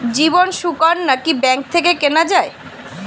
জীবন সুকন্যা কি ব্যাংক থেকে কেনা যায়?